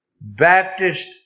Baptist